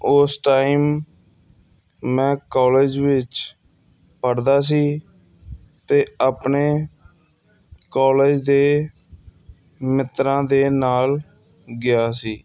ਉਸ ਟਾਈਮ ਮੈਂ ਕੋਲੇਜ ਵਿੱਚ ਪੜ੍ਹਦਾ ਸੀ ਅਤੇ ਆਪਣੇ ਕੋਲੇਜ ਦੇ ਮਿੱਤਰਾਂ ਦੇ ਨਾਲ ਗਿਆ ਸੀ